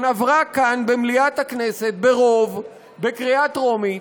עברה כאן במליאת הכנסת ברוב בקריאה טרומית,